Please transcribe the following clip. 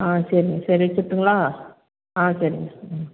ஆ சரிங்க சரி வச்சுட்டுங்களா ஆ சரிங்க ம்